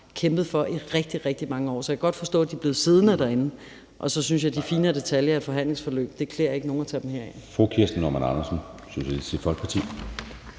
kæmpet for i rigtig, rigtig mange år, så jeg kan godt forstå, at de er blevet siddende derinde. Og så synes jeg, at det ikke klæder nogen at tage de finere